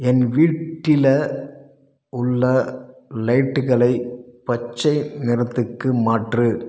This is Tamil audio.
என் வீட்டில் உள்ள லைட்டுகளை பச்சை நிறத்துக்கு மாற்று